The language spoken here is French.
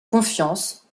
confiance